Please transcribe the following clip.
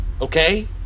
okay